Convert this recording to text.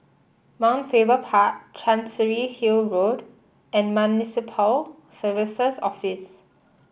Mount Faber Park Chancery Hill Road and Municipal Services Office